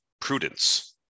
prudence